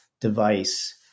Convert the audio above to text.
device